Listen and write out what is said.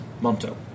Monto